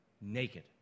naked